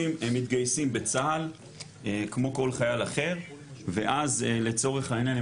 הם מתגייסים בצה"ל כמו כל חייל אחר ואז לצורך העניין,